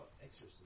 Exorcism